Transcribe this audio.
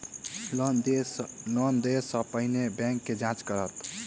Loan देय सा पहिने बैंक की जाँच करत?